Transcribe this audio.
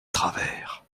travers